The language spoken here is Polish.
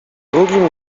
drugim